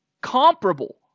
comparable